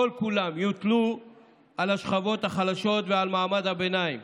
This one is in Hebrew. כל-כולם יוטלו על השכבות החלשות ועל מעמד הביניים